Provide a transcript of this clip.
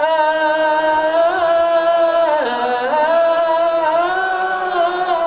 oh